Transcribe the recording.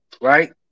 right